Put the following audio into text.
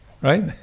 Right